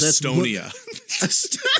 Estonia